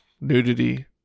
nudity